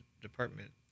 department